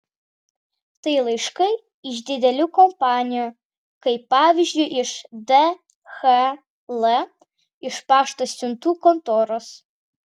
tai laiškai iš didelių kompanijų kaip pavyzdžiui iš dhl iš pašto siuntų kontoros